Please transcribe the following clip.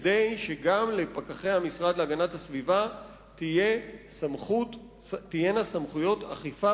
כדי שגם לפקחי המשרד להגנת הסביבה תהיינה סמכויות אכיפה